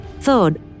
Third